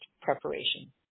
preparation